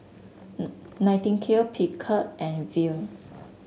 Nightingale Picard and Viu